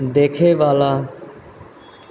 देखयवला